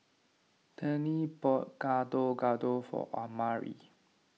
Tennie bought Gado Gado for Omari